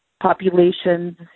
populations